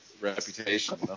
reputation